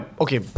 okay